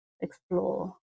explore